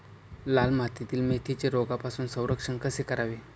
लाल मातीतील मेथीचे रोगापासून संरक्षण कसे करावे?